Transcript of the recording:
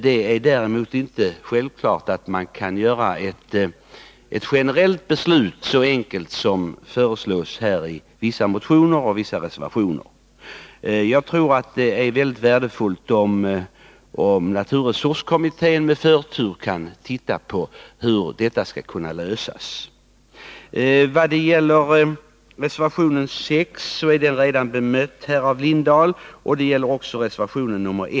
Det är däremot inte självklart att man kan fatta ett generellt beslut så enkelt som föreslås i vissa motioner och reservationer. Jag tror att det är väldigt viktigt att naturresurskommittén med förtur kan titta på hur detta skall kunna lösas. Reservation 6 är redan bemött av Torkel Lindahl. Det gäller också reservation 1.